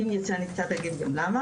אם תרצו אני גם אגיד גם למה.